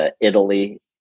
Italy